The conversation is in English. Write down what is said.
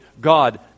God